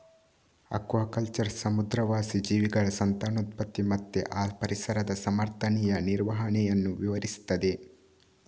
aquaculture ಸಮುದ್ರವಾಸಿ ಜೀವಿಗಳ ಸಂತಾನೋತ್ಪತ್ತಿ ಮತ್ತೆ ಆ ಪರಿಸರದ ಸಮರ್ಥನೀಯ ನಿರ್ವಹಣೆಯನ್ನ ವಿವರಿಸ್ತದೆ